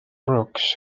brooks